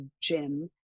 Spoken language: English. gym